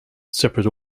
separate